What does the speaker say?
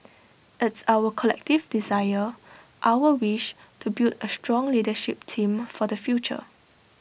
it's our collective desire our wish to build A strong leadership team for the future